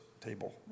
table